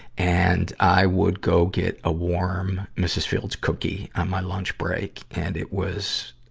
and, i would go get a warm mrs. fields' cookie on my lunch break. and it was,